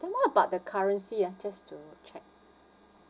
then what about the currency ah just to check